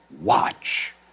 watch